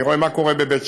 אני רואה מה קורה בבית-שאן,